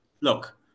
Look